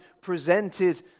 presented